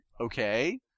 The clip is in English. okay